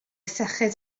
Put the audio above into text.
syched